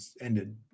ended